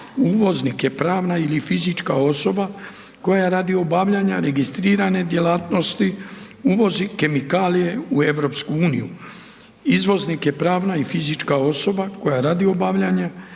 Uvoznik je pravna ili fizička osoba koja radi obavljanja registrirane djelatnosti uvozi kemikalije u Europsku uniju. Izvoznik je pravna i fizička osoba koja radi obavljanja